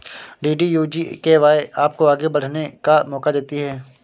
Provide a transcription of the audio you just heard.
DDU GKY आपको आगे बढ़ने का मौका देती है